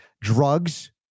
drugs